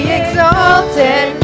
exalted